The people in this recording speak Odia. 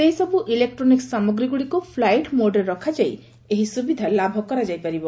ସେହିସବୁ ଇଲେକ୍ଟ୍ରୋନିକ୍ୱ ସାମଗ୍ରୀଗୁଡ଼ିକୁ ଫ୍ଲାଇଟ୍ ମୋଡରେ ରଖାଯାଇ ଏହି ସୁବିଧା ଲାଭ କରାଯାଇପାରିବ